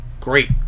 great